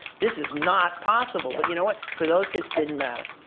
this is not possible. but you know what? for those kids, didn't matter.